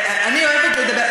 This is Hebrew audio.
אני אוהבת לדבר,